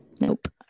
Nope